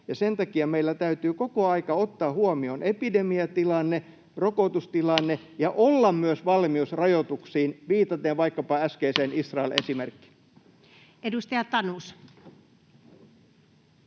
sen takia meillä täytyy koko aika ottaa huomioon epidemiatilanne, rokotustilanne, ja meillä täytyy olla myös valmius rajoituksiin viitaten vaikkapa äskeiseen Israel-esimerkkiin. [Speech 66]